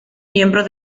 miembro